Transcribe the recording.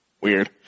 Weird